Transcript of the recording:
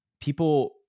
people